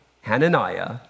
Hananiah